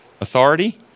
Authority